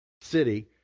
city